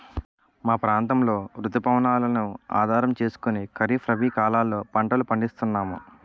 మా ప్రాంతంలో రుతు పవనాలను ఆధారం చేసుకుని ఖరీఫ్, రబీ కాలాల్లో పంటలు పండిస్తున్నాము